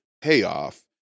payoff